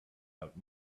out